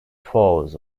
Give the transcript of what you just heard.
foes